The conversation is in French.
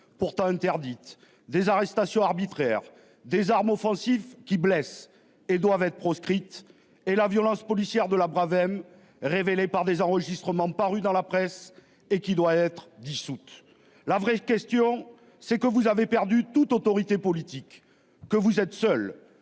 pourtant interdite, des arrestations arbitraires des armes offensives qui blesse et doivent être proscrites et la violence policière de la BRAV M révélés par des enregistrements parus dans la presse et qui doit être dissoute. La vraie question c'est que vous avez perdu toute autorité politique que vous êtes seul